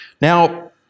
Now